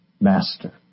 Master